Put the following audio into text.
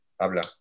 habla